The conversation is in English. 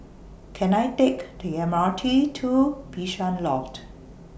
Can I Take The M R T to Bishan Loft